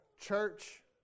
church